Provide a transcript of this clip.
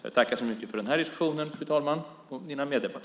Jag tackar mina meddebattörer för diskussionen, fru talman.